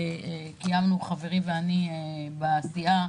וקיימנו חברי ואני בסיעה